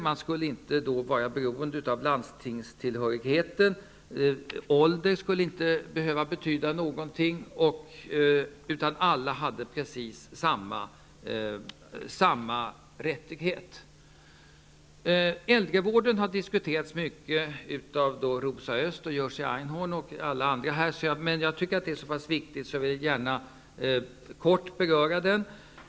Man skulle inte bli beroende av landstingstillhörighet, åldern skulle inte behöva betyda någonting, utan alla hade precis samma rättighet. Einhorn och andra, men jag tycker den är så viktig att jag vill beröra den kort.